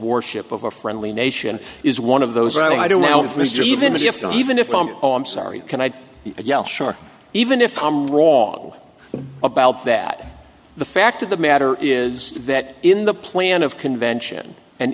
warship of a friendly nation is one of those i don't know if mr even if even if from oh i'm sorry can i yell shark even if i'm wrong about that the fact of the matter is that in the plan of convention and